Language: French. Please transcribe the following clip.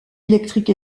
électrique